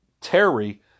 Terry